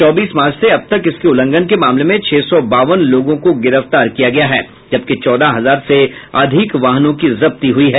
चौबीस मार्च से अब तक इसके उल्लंघन के मामले में छह सौ बावन लोगों को गिरफ्तार किया गया है जबकि चौदह हजार से अधिक वाहनों की जब्ती हुई है